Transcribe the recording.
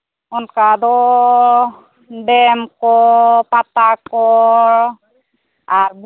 ᱚᱱᱠᱟ ᱫᱚ ᱰᱮᱢ ᱠᱚ ᱯᱟᱛᱟ ᱠᱚ ᱟᱨ